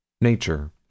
Nature